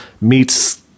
meets